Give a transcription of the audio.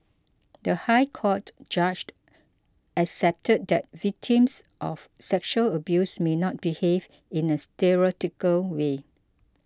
the High Court judge accepted that victims of sexual abuse may not behave in a stereotypical way